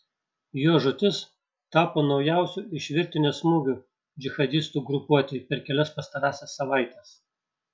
jo žūtis tapo naujausiu iš virtinės smūgių džihadistų grupuotei per kelias pastarąsias savaites